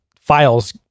files